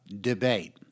debate